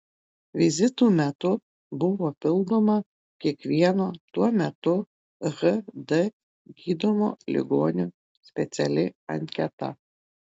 vizitų metu buvo pildoma kiekvieno tuo metu hd gydomo ligonio speciali anketa